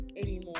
anymore